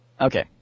Okay